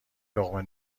لقمه